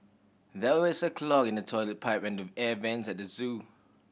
there is a clog in the toilet pipe and the air vents at the zoo